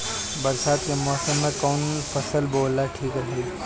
बरसात के मौसम में कउन फसल बोअल ठिक रहेला?